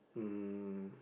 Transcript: um